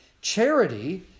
Charity